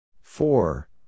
four